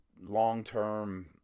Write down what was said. long-term